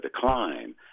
decline